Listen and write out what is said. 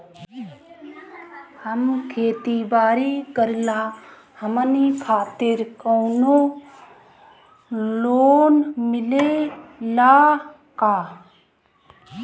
हम खेती बारी करिला हमनि खातिर कउनो लोन मिले ला का?